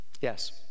Yes